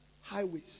highways